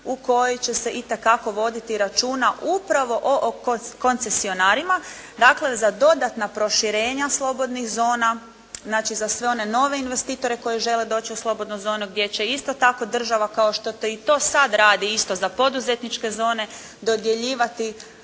u kojoj će se itekako voditi računa upravo o koncesionarima, dakle za dodatna proširenja slobodnih zona, znači za sve one nove investitore koji žele doći u slobodnu zonu gdje će isto tako država kao što to i sad radi isto za poduzetničke zone dodjeljivati